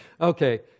Okay